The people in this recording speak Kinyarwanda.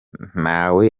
nawe